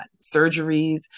surgeries